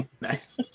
Nice